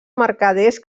mercaders